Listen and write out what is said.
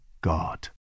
God